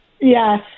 Yes